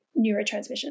neurotransmission